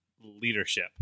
leadership